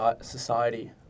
society